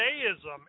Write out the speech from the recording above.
Judaism